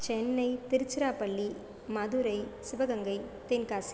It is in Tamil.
சென்னை திருச்சிராப்பள்ளி மதுரை சிவகங்கை தென்காசி